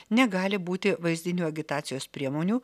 negali būti vaizdinių agitacijos priemonių